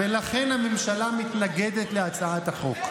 ולכן הממשלה מתנגדת להצעת החוק.